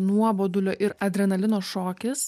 nuobodulio ir adrenalino šokis